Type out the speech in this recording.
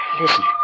Listen